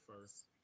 first